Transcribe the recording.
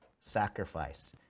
sacrifice